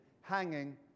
hanging